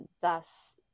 thus